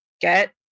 get